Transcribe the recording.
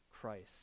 Christ